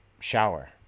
shower